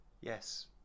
yes